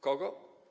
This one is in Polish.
Kogo?